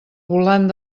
volant